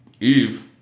Eve